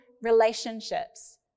relationships